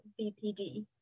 bpd